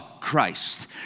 Christ